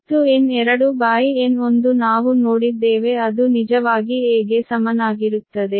ಮತ್ತು N2N1 ನಾವು ನೋಡಿದ್ದೇವೆ ಅದು ನಿಜವಾಗಿ a ಗೆ ಸಮನಾಗಿರುತ್ತದೆ